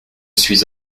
suis